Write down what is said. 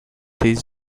these